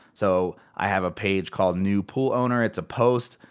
so, i have a page called new pool owner. it's a post,